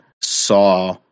saw